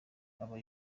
aba